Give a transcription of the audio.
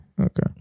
Okay